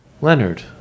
Leonard